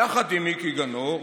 יחד עם מיקי גנור,